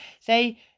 say